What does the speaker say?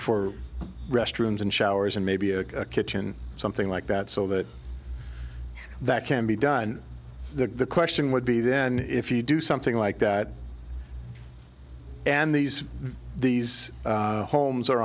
for restrooms and showers and maybe a kitchen or something like that so that that can be done the question would be then if you do something like that and these these homes are